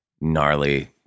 gnarly